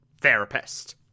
therapist